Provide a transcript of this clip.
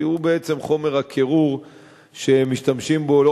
כי הוא בעצם חומר הקירור שמשתמשים בו לא